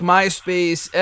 MySpace